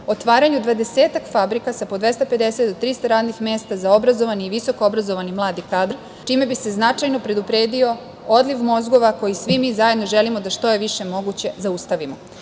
otvaranju dvadesetak fabrika sa po 250-300 radnih mesta za obrazovani i visoko obrazovani mladi kadar, čime bi se značajno predupredio odliv mozgova koji svi mi zajedno želimo da je što je više moguće zaustavimo. Akcenat